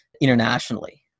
internationally